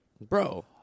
bro